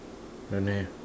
don't have